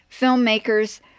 filmmakers